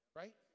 right